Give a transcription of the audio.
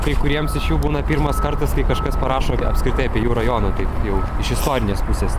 kai kuriems iš jų būna pirmas kartas kai kažkas parašo apskritai apie jų rajoną taip jau iš istorinės pusės